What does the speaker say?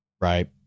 right